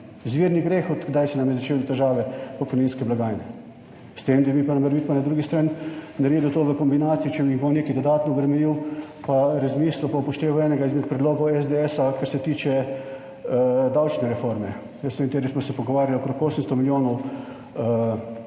Izvirni greh, od kdaj so se nam začele težave pokojninske blagajne, s tem, da bi pa morebiti na drugi strani naredil to v kombinaciji, če jih bo nekaj dodatno obremenil, pa razmislil, pa upošteval enega izmed predlogov SDS, kar se tiče davčne reforme, o kateri smo se pogovarjali, okrog 800 milijonov